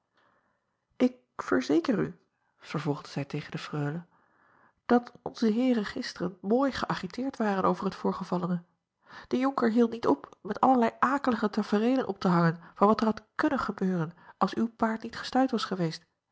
k verzeker u vervolgde zij tegen de reule dat onze eeren gisteren mooi geägiteerd waren over het voorgevallene e onker hield niet op met allerlei akelige tafereelen op te hangen van wat er had kunnen gebeuren als uw paard niet gestuit was geweest